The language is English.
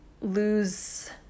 lose